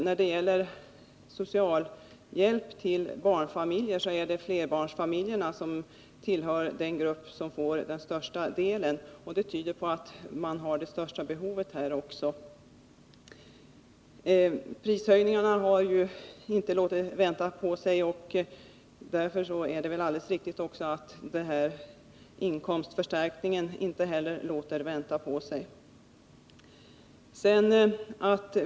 När det gäller socialhjälp till barnfamiljer vet vi att flerbarnsfamiljerna tillhör den grupp som får den största delen av denna hjälp. Det tyder på att flerbarnsfamiljerna har de största behoven. Prishöjningarna har ju inte låtit vänta på sig, och därför är det väl alldeles riktigt att inte heller denna inkomstförstärkning låter vänta på sig.